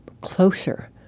closer